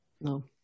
No